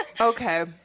Okay